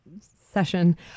session